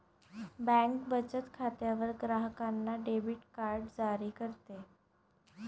bank बचत खात्यावर ग्राहकांना डेबिट कार्ड जारी करते